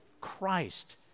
Christ